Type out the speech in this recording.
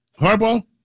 Harbaugh